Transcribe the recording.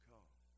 Come